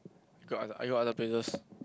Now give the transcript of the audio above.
got I go other places